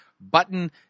button